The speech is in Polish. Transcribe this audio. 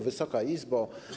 Wysoka Izbo!